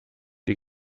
die